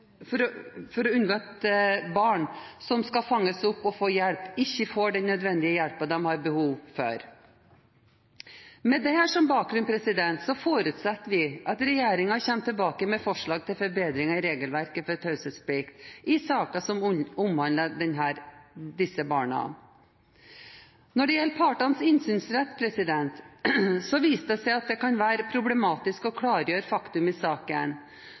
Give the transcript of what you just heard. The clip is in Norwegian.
er viktig for å unngå at barn som skal fanges opp og få hjelp, ikke får den nødvendige hjelpen de har behov for. Med dette som bakgrunn forutsetter vi at regjeringen kommer tilbake med forslag til forbedringer i regelverket for taushetsplikt i saker som omhandler disse barna. Når det gjelder partenes innsynsrett, viser det seg at det kan være problematisk å klargjøre faktum i saken